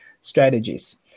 strategies